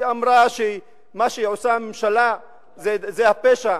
היא אמרה שמה שעושה הממשלה זה הפשע,